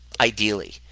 ideally